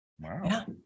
Wow